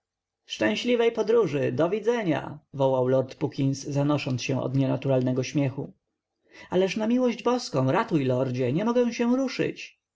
szczęśliwej podróży do widzenia wołał lord puckins zanosząc się od nienaturalnego śmiechu ależ na miłość boską ratuj lordzie nie mogę się ruszyć